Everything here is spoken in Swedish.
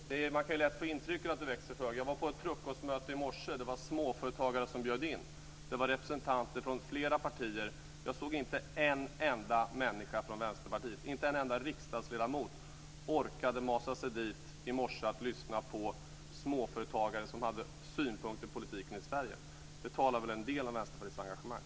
Fru talman! Man kan lätt få intryck av att Marie Engström växer sig för hög. Jag var på ett frukostmöte i morse. Det var småföretagare som bjöd in till det. Där fanns representanter från flera partier. Jag såg inte en enda människa från Vänsterpartiet. Inte en enda riksdagledamot från Vänsterpartiet orkade masa sig dit i morse för att lyssna på småföretagare som hade synpunkter på politiken i Sverige. Det säger väl en del om Vänsterpartiets engagemang.